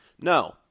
No